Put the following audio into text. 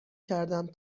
کردم